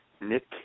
Nick